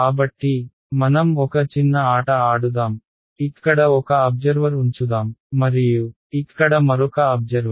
కాబట్టి మనం ఒక చిన్న ఆట ఆడుదాం ఇక్కడ ఒక అబ్జర్వర్ ఉంచుదాం మరియు ఇక్కడ మరొక అబ్జర్వర్